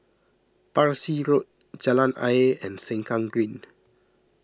Parsi Road Jalan Ayer and Sengkang Green